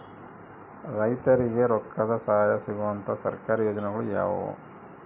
ರೈತರಿಗೆ ರೊಕ್ಕದ ಸಹಾಯ ಸಿಗುವಂತಹ ಸರ್ಕಾರಿ ಯೋಜನೆಗಳು ಯಾವುವು?